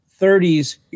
30s